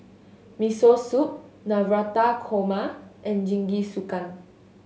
Miso Soup Navratan Korma and Jingisukan